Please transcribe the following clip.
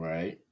Right